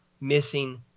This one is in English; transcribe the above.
missing